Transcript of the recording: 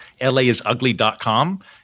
laisugly.com